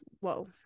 whoa